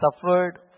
suffered